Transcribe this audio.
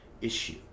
issue